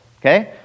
okay